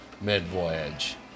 mid-voyage